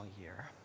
year